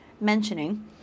mentioning